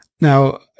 Now